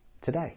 today